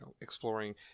exploring